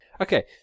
Okay